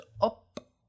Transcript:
up